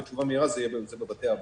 ותשובה מהירה זה באמצעות בתי אבות.